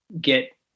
get